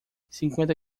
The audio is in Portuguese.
cinquenta